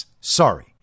Sorry